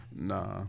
Nah